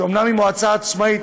שאומנם היא מועצה עצמאית,